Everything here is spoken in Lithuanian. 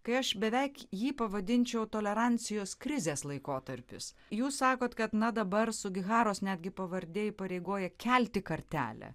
kai aš beveik jį pavadinčiau tolerancijos krizės laikotarpis jūs sakot kad na dabar sugiharos netgi pavardė įpareigoja kelti kartelę